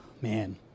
man